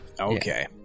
Okay